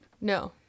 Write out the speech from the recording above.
No